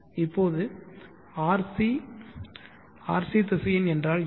இப்போது rc rc திசையன் என்றால் என்ன